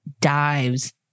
dives